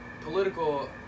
political